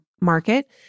market